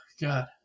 God